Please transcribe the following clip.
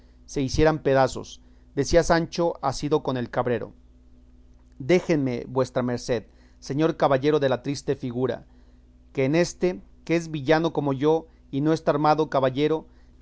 se hicieran pedazos decía sancho asido con el cabrero déjeme vuestra merced señor caballero de la triste figura que en éste que es villano como yo y no está armado caballero